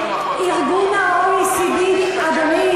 אדוני,